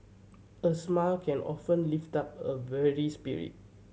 a smile can often lift up a weary spirit